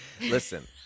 Listen